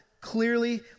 clearly